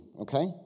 okay